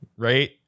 Right